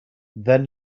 then